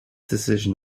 decision